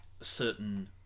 certain